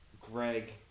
Greg